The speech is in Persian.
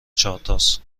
چهارتاس